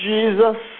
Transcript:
Jesus